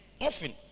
Often